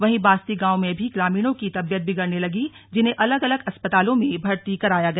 वहीं बास्ती गांव में भी ग्रामीणों की तबीयत बिगड़ने लगी जिन्हें अलग अलग अस्पतालों में भर्ती कराया गया